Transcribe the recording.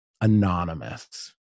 anonymous